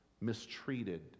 mistreated